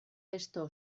esto